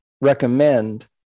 recommend